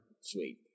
Sweet